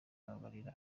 ababarira